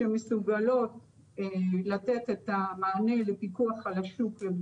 העלתה היועצת המשפטית את עניין השפה.